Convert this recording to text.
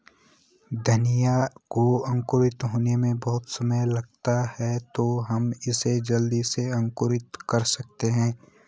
धनिया को अंकुरित होने में बहुत समय लगता है तो हम इसे जल्दी कैसे अंकुरित कर सकते हैं?